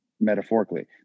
metaphorically